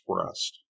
expressed